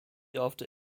after